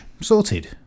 Sorted